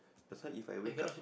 that's why if I wake up